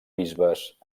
bisbes